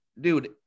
dude